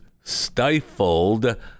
stifled